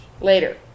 Later